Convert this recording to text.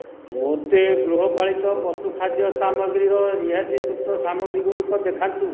ମୋତେ ଗୃହପାଳିତ ପଶୁ ଖାଦ୍ୟ ସାମଗ୍ରୀର ରିହାତିଯୁକ୍ତ ସାମଗ୍ରୀ ଗୁଡ଼ିକ ଦେଖାନ୍ତୁ